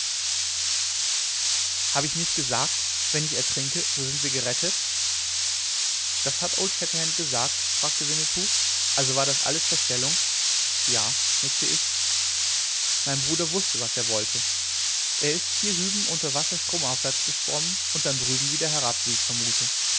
habe ich nicht gesagt wenn ich ertrinke so sind wir gerettet das hat old shatterhand gesagt fragte winnetou also war das alles verstellung ja nickte ich mein bruder wußte was er wollte er ist hier hüben unter wasser stromaufwärts geschwommen und dann drüben wieder herab wie ich vermute